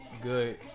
Good